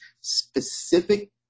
specific